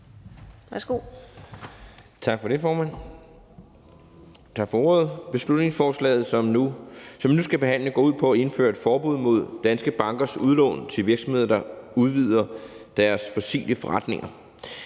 Belsutningsforslaget, som vi nu skal behandle, går ud på at indføre et forbud mod danske bankers udlån til virksomheder, der udvider deres fossile forretninger.